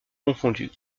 confondus